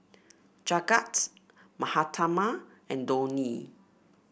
Jagat Mahatma and Dhoni